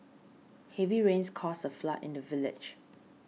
heavy rains caused a flood in the village